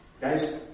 Guys